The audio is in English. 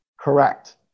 Correct